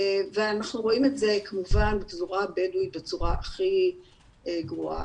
ואנחנו רואים את זה כמובן בפזורה הבדואית בצורה הכי גרועה.